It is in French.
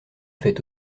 fait